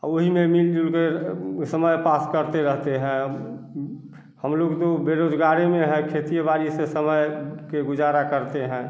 और वही में मिलजुल कर समय पास करते रहते हैं हम लोग तो बेरोज़गारी में है खेती बाड़ी से समय के गुज़रा करते हैं